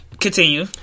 Continue